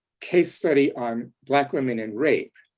case study on black women and rape,